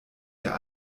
der